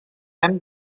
hem